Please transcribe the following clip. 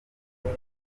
hari